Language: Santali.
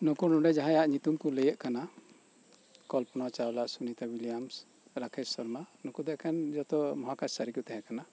ᱱᱩᱠᱩ ᱱᱚᱰᱮ ᱡᱟᱦᱟᱸᱭᱟᱜ ᱧᱩᱛᱩᱢ ᱠᱚ ᱞᱟᱹᱭᱟᱹᱜ ᱠᱟᱱᱟ ᱠᱚᱞᱯᱚᱱᱟ ᱪᱟᱣᱞᱟ ᱥᱩᱢᱤᱛᱟ ᱮᱵᱤᱞᱤᱭᱟᱱᱥ ᱨᱟᱠᱮᱥ ᱥᱚᱨᱢᱟ ᱱᱩᱠᱩ ᱫᱚ ᱮᱠᱮᱱ ᱡᱚᱛᱚ ᱢᱚᱦᱟᱠᱟᱥ ᱪᱟᱨᱤ ᱠᱚ ᱛᱟᱦᱮᱸ ᱠᱟᱱᱟ